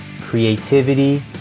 creativity